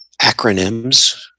acronyms